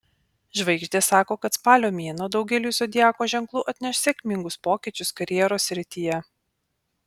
žvaigždės sako kad spalio mėnuo daugeliui zodiako ženklų atneš sėkmingus pokyčius karjeros srityje